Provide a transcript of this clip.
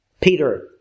Peter